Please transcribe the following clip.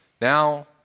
now